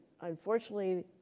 unfortunately